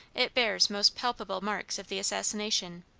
it bears most palpable marks of the assassination,